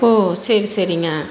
ஓ சரி சரிங்க